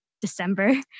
December